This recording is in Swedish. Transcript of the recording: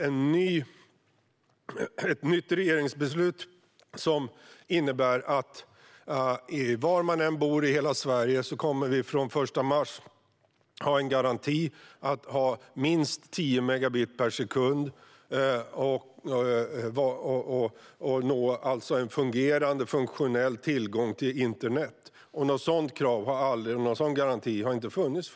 Dessutom beslutade regeringen häromveckan att man från och med den 1 mars ska vara garanterad tio megabit per sekund var man än bor i Sverige och därmed ha en funktionell tillgång till internet. Någon sådan garanti har aldrig tidigare funnits.